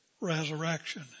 resurrection